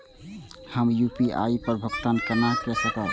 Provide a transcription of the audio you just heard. हम यू.पी.आई पर भुगतान केना कई सकब?